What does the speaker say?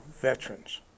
veterans